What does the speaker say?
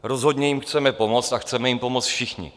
Rozhodně jim chceme pomoct a chceme jim pomoct všichni.